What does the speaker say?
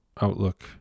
outlook